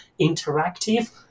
interactive